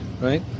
Right